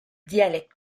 dialecte